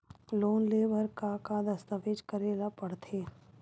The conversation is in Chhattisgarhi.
लोन ले बर का का दस्तावेज करेला पड़थे?